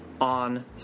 on